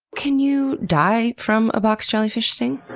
can you die from a box jellyfish sting?